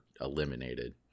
eliminated